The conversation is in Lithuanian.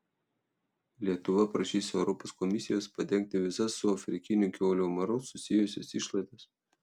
lietuva prašys europos komisijos padengti visas su afrikiniu kiaulių maru susijusias išlaidas